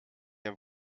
der